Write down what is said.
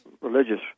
religious